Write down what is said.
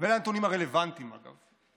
ואלה הנתונים הרלוונטיים, אגב.